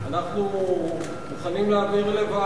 אנחנו מוכנים גם לוועדה,